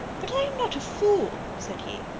but i am not a fool, said he,